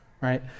right